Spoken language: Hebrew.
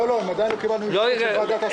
הן עדיין --- לוועדת הסכמות.